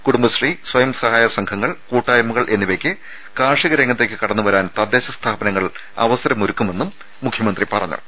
കുടുംബശ്രീ സ്വയംസഹായ സംഘങ്ങൾ കൂട്ടായ്മകൾ എന്നിവയ്ക്ക് കാർഷിക രംഗത്തേക്ക് കടന്നുവരാൻ തദ്ദേശ സ്ഥാപനങ്ങൾ അവസരമൊരുക്കുമെന്നും മുഖ്യമന്ത്രി പറഞ്ഞു